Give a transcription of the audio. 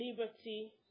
liberty